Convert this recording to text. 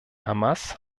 hamas